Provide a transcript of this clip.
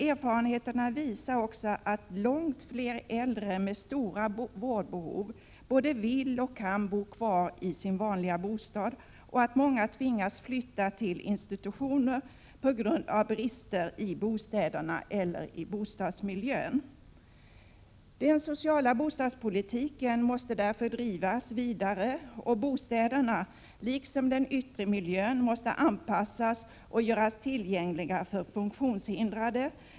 Erfarenheterna visar att långt fler äldre med stora vårdbehov än nu både vill och kan bo kvar i sin vanliga bostad men att många tvingas flytta till institutioner på grund av brister i bostäderna eller bostadsmiljön. Den sociala bostadspolitiken måste därför drivas vidare, och bostäderna, liksom den yttre miljön, måste anpassas och göras tillgängliga för funktionshindrade.